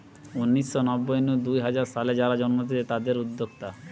উনিশ শ নব্বই নু দুই হাজার সালে যারা জন্মেছে তাদির উদ্যোক্তা